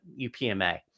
UPMA